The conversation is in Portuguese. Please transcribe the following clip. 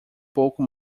pouco